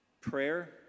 Prayer